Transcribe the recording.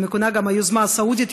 המכונה גם היוזמה הסעודית,